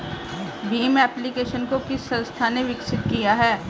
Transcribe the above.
Bhim application को किस संस्था ने विकसित किया है?